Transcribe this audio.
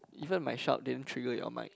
even my sharp didn't trigger your mind